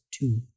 two